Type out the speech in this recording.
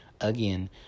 again